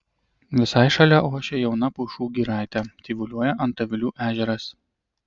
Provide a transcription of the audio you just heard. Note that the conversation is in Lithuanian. visai šalia ošia jauna pušų giraitė tyvuliuoja antavilių ežeras